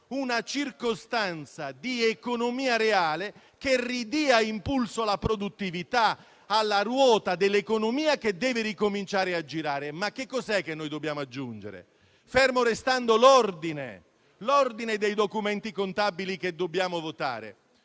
una circostanza di economia reale che restituisca impulso alla produttività, alla ruota dell'economia che deve ricominciare a girare. Che cosa dobbiamo aggiungere, fermo restando l'ordine dei documenti contabili che dobbiamo votare?